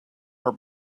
her